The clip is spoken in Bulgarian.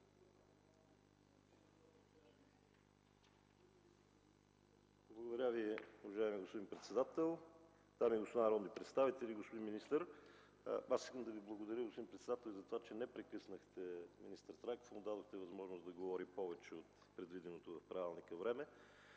Благодаря Ви. Уважаеми господин председател, дами и господа народни представители, господин министър! Аз искам да Ви благодаря, господин председател, че не прекъснахте министър Трайков и му дадохте възможност да говори повече от предвиденото в правилника време,